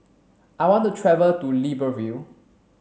I want to travel to Libreville